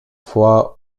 fois